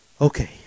Okay